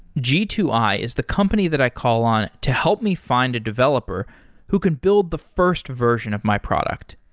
g two i is the company that i call on to help me find a developer who can build the first version of my product.